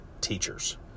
Teachers